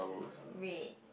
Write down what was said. red